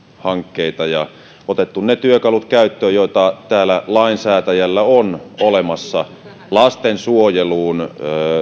hankkeita ja otettu ne työkalut käyttöön joita täällä lainsäätäjällä on olemassa lastensuojeluun